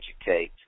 educate